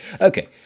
Okay